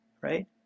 right